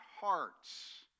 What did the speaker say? hearts